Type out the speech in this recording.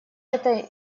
этой